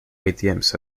atms